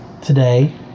today